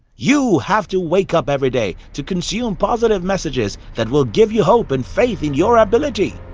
you have to wake up every day to consume positive messages that will give you hope and faith in your ability.